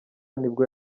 nibwo